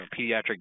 pediatric